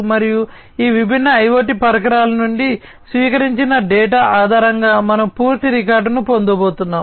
మరియు ఈ విభిన్న IoT పరికరాల నుండి స్వీకరించబడిన డేటా ఆధారంగా మనము పూర్తి రికార్డును పొందబోతున్నాము